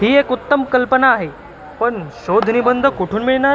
ही एक उत्तम कल्पना आहे पण शोधनिबंध कुठून मिळणार